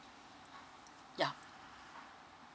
yeah